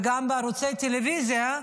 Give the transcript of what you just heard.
וגם בערוצי טלוויזיה,